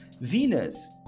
Venus